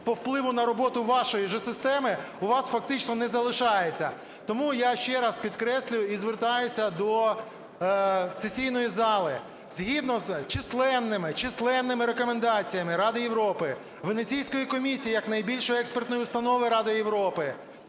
по впливу на роботу вашої ж системи, у вас фактично не залишається. Тому я ще раз підкреслюю і звертаюся до сесійної зали. Згідно з численними, численними рекомендаціями Ради Європи, Венеційської комісії, як найбільшої експертної установи Ради Європи